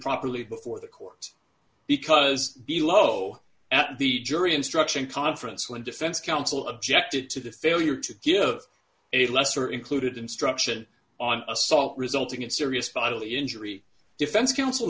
properly before the courts because below at the jury instruction conference when defense counsel objected to the failure to give a lesser included instruction on assault resulting in serious bodily injury defense counsel